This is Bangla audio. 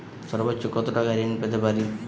সর্বোচ্চ কত টাকা ঋণ পেতে পারি?